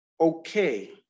okay